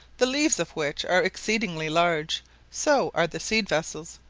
the leaves of which are exceedingly large so are the seed-vessels,